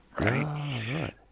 right